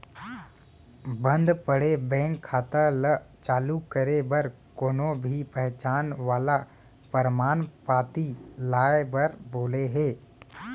बंद पड़े बेंक खाता ल चालू करे बर कोनो भी पहचान वाला परमान पाती लाए बर बोले हे